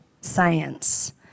science